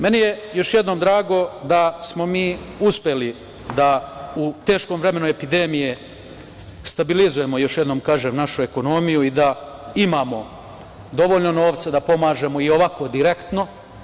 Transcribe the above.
Meni je još jednom drago da smo mi uspeli da u teškom vremenu epidemije stabilizujemo, još jednom kažem, našu ekonomiju i da imamo dovoljno novca da pomažemo i ovako direktno.